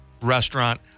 restaurant